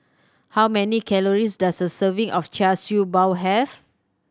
how many calories does a serving of Char Siew Bao have